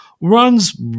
runs